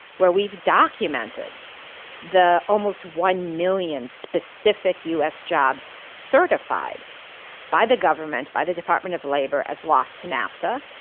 where we've documented the almost one million specific u. s. jobs certified by the government, by the department of labor as lost to nafta.